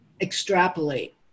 extrapolate